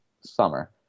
summer